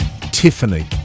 Tiffany